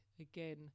Again